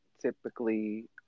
typically